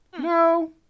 No